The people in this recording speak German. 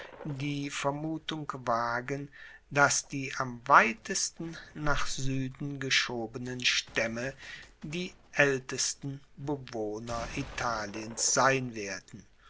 die vermutung wagen dass die am weitesten nach sueden geschobenen staemme die aeltesten bewohner italiens sein werden